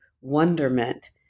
wonderment